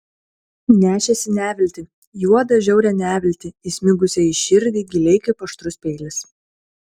nešėsi neviltį juodą žiaurią neviltį įsmigusią į širdį giliai kaip aštrus peilis